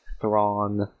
Thrawn